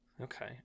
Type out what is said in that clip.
Okay